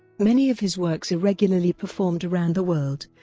many of his works are regularly performed around the world,